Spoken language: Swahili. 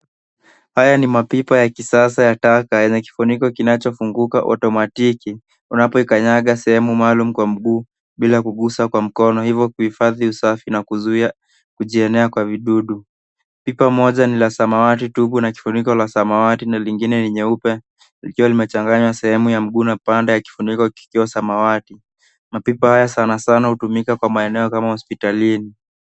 Haya ni mapipa ya kisasa yenye kifuniko kinachofunguka kiotomatiki. Unapokanyaga sehemu maalum kwa mguu, bila kugusa kwa mkono, hivyo kudumisha usafi na kuzuia kuenea kwa vidudu. Pipa moja ni la samawati tupu na kifuniko cha samawati, na lingine ni jeupe lililochanganyika na sehemu ya juu ya kifuniko yenye samawati. Mapipa haya mara nyingi hutumika katika maeneo kama hospitalini.